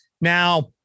Now